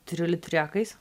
turiu litrekais